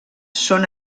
són